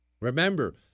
Remember